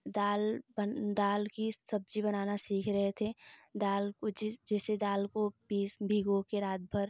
दाल बन दाल कि सब्जी बनाना सीख रहे थे दाल ऊ चीज जैसे दाल को पीस भिगो कर रात भर